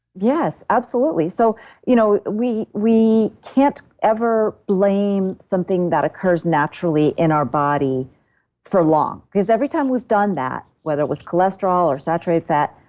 yes, absolutely. so you know we we can't ever blame something that occurs naturally in our body for long because every time we've done that, whether it was cholesterol or saturated fat,